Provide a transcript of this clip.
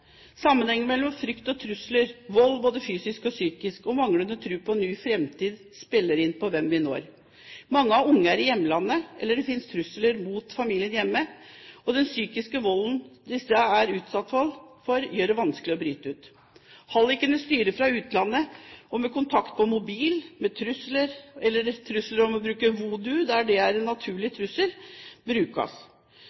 Sammenhengen mellom frykt og trusler, vold, både fysisk og psykisk, og manglende tro på en ny framtid spiller inn på hvem vi når. Mange har unger i hjemlandet eller det finnes trusler mot familien hjemme, og den psykiske volden de er utsatt for, gjør det vanskelig å bryte ut. Hallikene styrer fra utlandet med kontakt på mobil, med trusler – bl.a. om å bruke voodoo der det er en naturlig